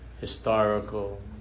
historical